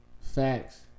Facts